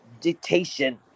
dictation